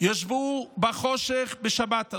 ישבו בחושך בשבת הזאת.